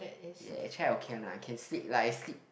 ya actually I okay one lah I can sleep like I sleep